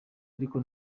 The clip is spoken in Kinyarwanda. ariko